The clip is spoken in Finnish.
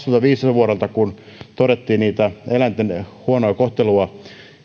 vuodelta kaksituhattaviisitoista kun todettiin eläinten huonoa kohtelua